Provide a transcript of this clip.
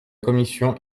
commission